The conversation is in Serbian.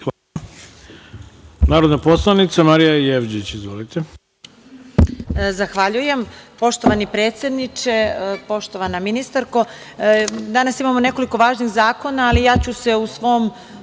narodni poslanik Marija Jevđić. Izvolite. **Marija Jevđić** Zahvaljujem. Poštovani predsedniče, poštovana ministarko, danas imamo nekoliko važnih zakona, ali ja ću se u svom